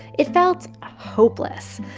it felt hopeless,